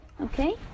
Okay